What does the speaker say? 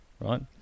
right